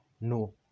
no